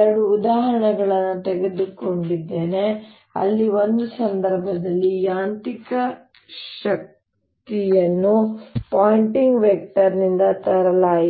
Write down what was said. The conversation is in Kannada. ಎರಡು ಉದಾಹರಣೆಗಳನ್ನು ತೆಗೆದುಕೊಂಡಿದ್ದೇನೆ ಅಲ್ಲಿ ಒಂದು ಸಂದರ್ಭದಲ್ಲಿ ಯಾಂತ್ರಿಕ ಶಕ್ತಿಯನ್ನು ಪಾಯಿಂಟಿಂಗ್ ವೆಕ್ಟರ್ನಿಂದ ತರಲಾಯಿತು